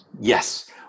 yes